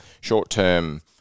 short-term